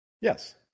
Yes